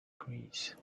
grease